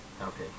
Okay